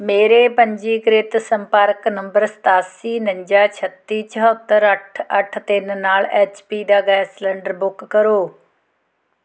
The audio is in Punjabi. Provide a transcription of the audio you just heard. ਮੇਰੇ ਪੰਜੀਕ੍ਰਿਤ ਸੰਪਰਕ ਨੰਬਰ ਸਤਾਸੀ ਉਣੰਜਾ ਛੱਤੀ ਚੁਹੱਤਰ ਅੱਠ ਅੱਠ ਤਿੰਨ ਨਾਲ ਐੱਚ ਪੀ ਦਾ ਗੈਸ ਸਿਲੰਡਰ ਬੁੱਕ ਕਰੋ